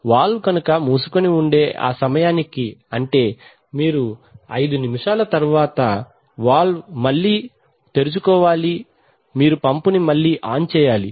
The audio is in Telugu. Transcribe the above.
వాల్వ్ కనుక మూసుకుని ఉండే ఆ సమయానికి అంటే ఐదు నిమిషాలు తరువాత వాల్వ్ మళ్లీ తెరుచుకోవాలి మీరు పంపుని మళ్లీ ఆన్ చేయాలి